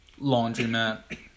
Laundromat